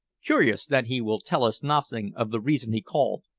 curious that he will tell us nothing of the reason he called,